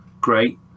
Great